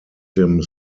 dem